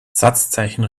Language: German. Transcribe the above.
satzzeichen